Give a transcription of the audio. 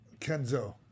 Kenzo